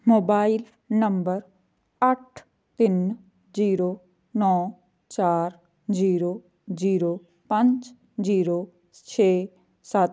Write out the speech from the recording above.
mobile number ਅੱਠ ਤਿੰਨ zero ਨੌਂ ਚਾਰ ਜੀਰੋ ਜੀਰੋ ਪੰਜ ਜੀਰੋ ਛੇ ਸੱਤ